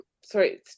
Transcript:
sorry